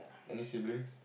any siblings